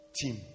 team